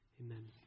Amen